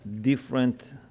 different